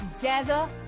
together